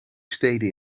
steden